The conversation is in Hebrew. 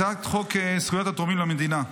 הצעת חוק זכויות התורמים למדינה,